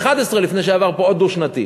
לפני שעבר פה עוד תקציב דו-שנתי.